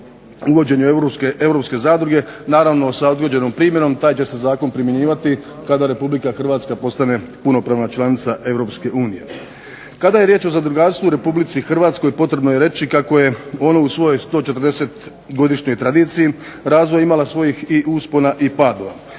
uvođenju Europske zadruge, naravno sa odgođenom primjenom, taj će se zakon primjenjivati kada Republika Hrvatska postane punopravna članica Europske unije. Kada je riječ o zadrugarstvu u Republici Hrvatskoj potrebno je reći kako je ono u svojoj 140-godišnjoj tradiciji razvoja imala svojih uspona i padova.